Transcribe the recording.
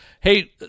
Hey